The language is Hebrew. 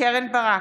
קרן ברק,